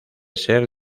ser